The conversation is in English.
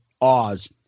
Oz